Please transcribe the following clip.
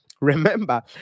Remember